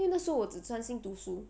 因为那时候我只专心读书